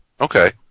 okay